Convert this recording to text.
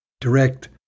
Direct